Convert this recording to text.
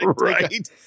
Right